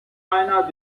einer